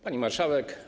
Pani Marszałek!